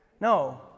No